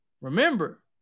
Remember